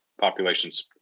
population's